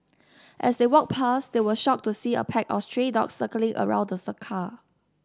as they walked back they were shocked to see a pack of stray dogs circling around the car